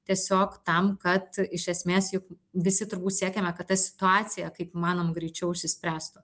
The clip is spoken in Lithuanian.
tiesiog tam kad iš esmės juk visi turbūt siekiame kad ta situacija kaip įmanoma greičiau išsispręstų